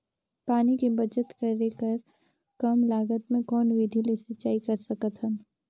पानी के बचत करेके कम लागत मे कौन विधि ले सिंचाई कर सकत हन?